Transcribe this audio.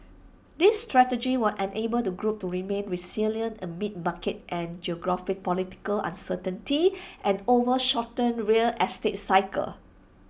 this strategy will enable the group to remain resilient amid market and geopolitical uncertainty and over shortened real estate cycles